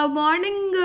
morning